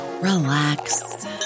relax